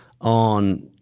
on